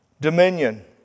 dominion